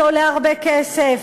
זה עולה הרבה כסף.